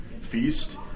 feast